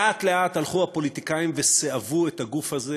לאט-לאט הלכו הפוליטיקאים וסיאבו את הגוף הזה,